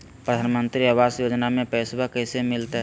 प्रधानमंत्री आवास योजना में पैसबा कैसे मिलते?